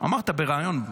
--- אמרת בריאיון.